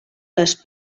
les